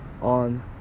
on